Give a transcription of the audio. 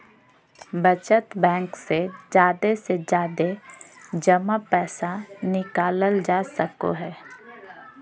बचत बैंक से जादे से जादे जमा पैसा निकालल जा सको हय